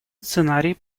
сценарий